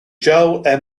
joel